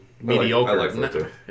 mediocre